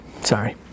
Sorry